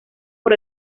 por